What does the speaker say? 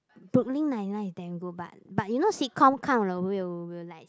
Brooklyn-Nine-Nine is damn good but but you know Sitcom 看了 will will like